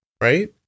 right